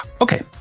Okay